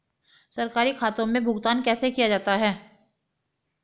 सरकारी खातों में भुगतान कैसे किया जाता है?